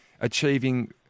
achieving